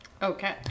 Okay